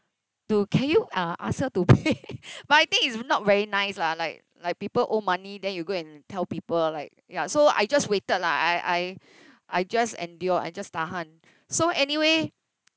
to can you uh ask her to pay but I think it's not very nice lah like like people owe money then you go and tell people like ya so I just waited lah I I I just endure I just tahan so anyway